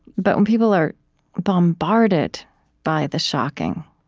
but when people are bombarded by the shocking